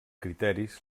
criteris